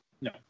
No